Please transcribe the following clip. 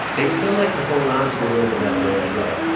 they still like to hold onto a little bit of that rosy glow